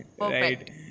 right